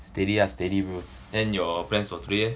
steady ah steady bro then your plans for today eh